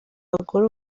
abagore